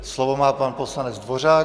Slovo má pan poslanec Dvořák.